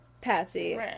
Patsy